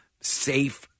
safe